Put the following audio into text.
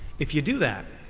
if you do that,